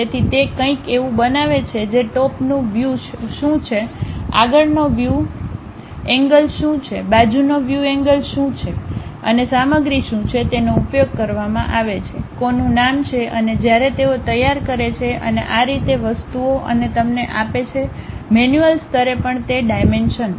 તેથી તે કંઈક એવું બનાવે છે જે ટોપનું વ્યૂ શું છે આગળનો વ્યૂ એન્ગ્લ શું છે બાજુનો વ્યૂ એન્ગ્લ શું છે અને સામગ્રી શું છે તેનો ઉપયોગ કરવામાં આવે છે કોનું નામ છે અને જ્યારે તેઓ તૈયાર કરે છે અને આ રીતે વસ્તુઓ અને તમને આપે છે મેન્યુઅલ સ્તરે પણ તે ડાઇમેંશન